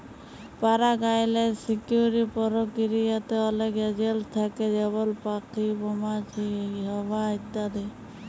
পারাগায়লের সকিরিয় পরকিরিয়াতে অলেক এজেলট থ্যাকে যেমল প্যাখি, মমাছি, হাওয়া ইত্যাদি